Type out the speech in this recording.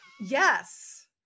Yes